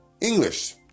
English